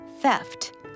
theft